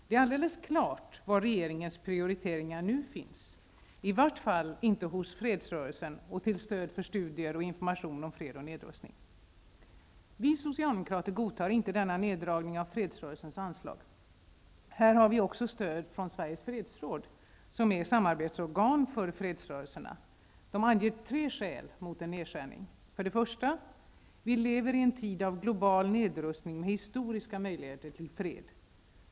Det är alldeles klart var regeringens prioriteringar nu finns. De är i vart fall inte hos fredsrörelsen och till stöd för studier och information om fred och nedrustning. Vi socialdemokrater godtar inte denna nerdragning av fredsrörelsens anslag. Här har vi också stöd från Sveriges Fredsråd, som är ett samarbetsorgan för fredsrörelserna. De anger tre skäl mot en nedskärning. För det första lever vi i en tid av global nedrustning med historiska möjligheter till fred.